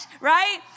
Right